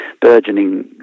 burgeoning